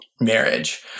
marriage